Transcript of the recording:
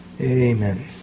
Amen